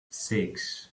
six